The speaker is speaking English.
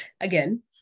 again